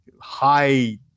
high